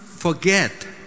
Forget